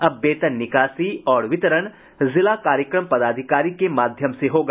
अब वेतन निकासी और वितरण जिला कार्यक्रम पदाधिकारी के माध्यम से होगा